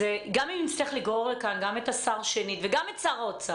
גם אם נצטרך לגרור לכאן גם את השר --- וגם את שר האוצר